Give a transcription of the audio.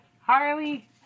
Harley